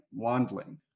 Wandling